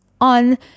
on